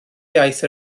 iaith